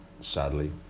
Sadly